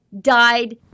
died